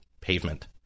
pavement